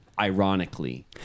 ironically